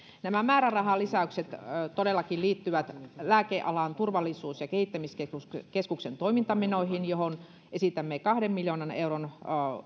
nämä määrärahalisäykset todellakin liittyvät lääkealan turvallisuus ja kehittämiskeskuksen toimintamenoihin joihin esitämme kahden miljoonan euron